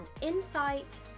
insight